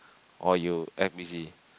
or you act busy